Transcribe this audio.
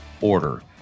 order